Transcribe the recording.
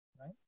right